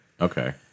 Okay